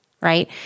right